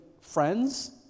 friends